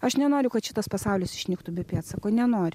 aš nenoriu kad šitas pasaulis išnyktų be pėdsako nenoriu